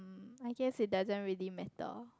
I guess it doesn't really matter